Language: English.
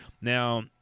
Now